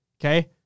Okay